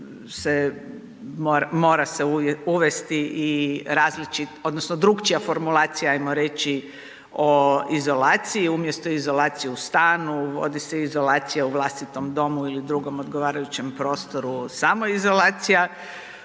se mora se uvesti i različit odnosno drukčija formulacija, ajmo reći, o izolaciji umjesto izolacije u stanu vodi se izolacija u vlastitom domu ili drugom odgovarajućem prostoru samoizolacija,